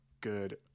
good